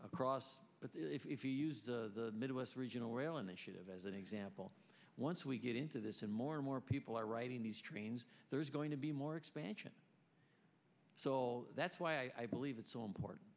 across but if you use the midwest regional rail initiative as an example once we get into this and more and more people are writing these trains there is going to be more expansion so that's why i believe it's so important